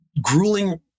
grueling